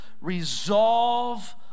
resolve